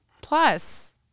Plus